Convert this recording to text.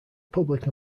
public